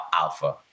alpha